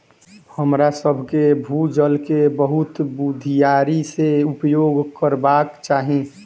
हमरासभ के भू जल के बहुत बुधियारी से उपयोग करबाक चाही